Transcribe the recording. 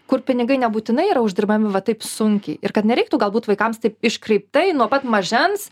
kur pinigai nebūtinai yra uždirbami va taip sunkiai ir kad nereiktų galbūt vaikams taip iškreiptai nuo pat mažens